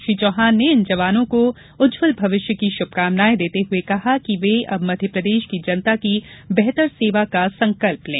श्री चौहान ने इन जवानों को उज्जवल भविष्य की शुभकामनायें देते हुये कहा कि वे अब मध्यप्रदेश की जनता की बेहतर सेवा का संकल्प लें